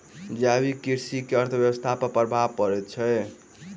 जैविक कृषि के अर्थव्यवस्था पर प्रभाव पड़ैत अछि